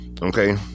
Okay